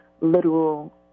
literal